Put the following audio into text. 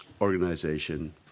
organization